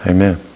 Amen